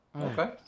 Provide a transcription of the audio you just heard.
Okay